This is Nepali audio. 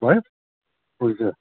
भयो हुन्छ